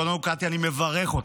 קודם כול, קטי, אני מברך אותך.